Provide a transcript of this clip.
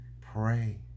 pray